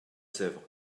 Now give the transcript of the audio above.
sèvre